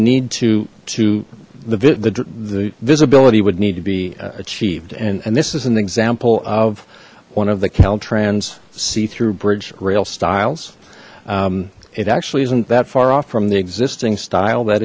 need to to the vit the visibility would need to be achieved and and this is an example of one of the caltrans see through bridge rail styles it actually isn't that far off from the existing style that